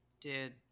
Dude